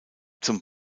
zum